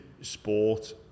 sport